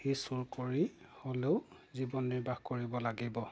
সি চুৰ কৰি হ'লেও জীৱন নিৰ্বাহ কৰিব লাগিব